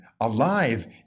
alive